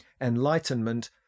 enlightenment